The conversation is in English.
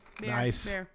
Nice